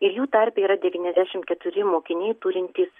ir jų tarpe yra devyniasdešimt keturi mokiniai turintys